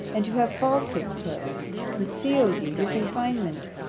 and to have falsehoods told, to conceal you your confinement,